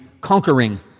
conquering